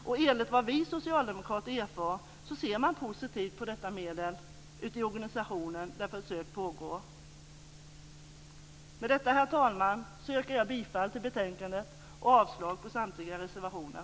Och enligt vad vi socialdemokrater erfar ser man positivt på detta medel ute i organisationen där försök pågår. Med detta, herr talman, yrkar jag bifall till utskottets hemställan och avslag på samtliga reservationer.